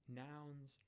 nouns